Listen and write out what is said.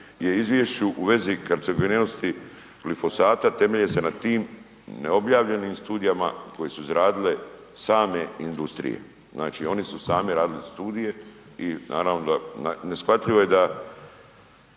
izvješće u vezi … glifosata temelje se na tim neobjavljenim studijama koje su izradile same industrije, znači oni su sami radili studije i naravno neshvatljivo je da